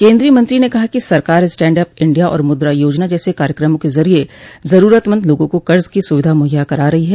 केन्द्रीय मंत्री ने कहा कि सरकार स्टैंड अप इंडिया और मुद्रा योजना जैसे कार्यक्रमों के जरिये जरूरतमंद लोगों को कर्ज की सुविधा मुहैया करा रही है